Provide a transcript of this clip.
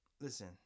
listen